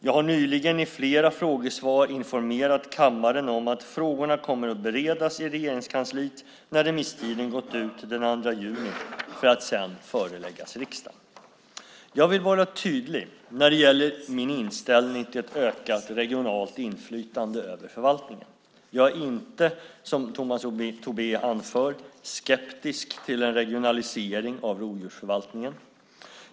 Jag har nyligen i flera frågesvar informerat kammaren om att frågorna kommer att beredas i Regeringskansliet när remisstiden gått ut den 2 juni för att sedan föreläggas riksdagen. Jag vill vara tydlig när det gäller min inställning till ett ökat regionalt inflytande över förvaltningen. Jag är inte, som Tomas Tobé anför, skeptisk till en regionalisering av rovdjursförvaltningen.